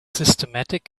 systematic